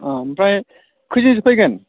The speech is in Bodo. ओं ओमफ्राय खोयजोनसो फैगोन